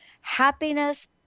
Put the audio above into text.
Happiness